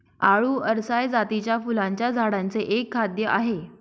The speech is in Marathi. आळु अरसाय जातीच्या फुलांच्या झाडांचे एक खाद्य आहे